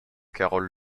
carole